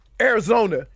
Arizona